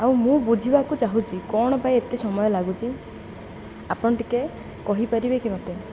ଆଉ ମୁଁ ବୁଝିବାକୁ ଚାହୁଁଛି କ'ଣ ପାଇଁ ଏତେ ସମୟ ଲାଗୁଛି ଆପଣ ଟିକେ କହିପାରିବେ କି ମତେ